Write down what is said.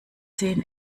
zehn